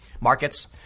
markets